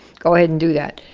go ahead and do that,